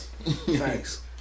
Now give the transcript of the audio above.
Thanks